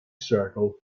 circle